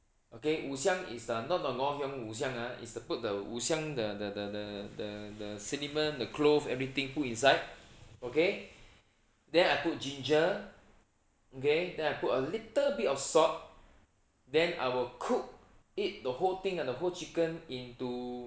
okay 五香 is not the ngoh hiang 五香 ah is to put the 五香 the the the the the the cinnamon the clove everything put inside okay then I put ginger okay then I put a little bit of salt then I will cook it the whole thing and the whole chicken into